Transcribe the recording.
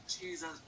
Jesus